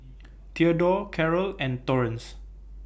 Thedore Carol and Torrence